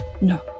no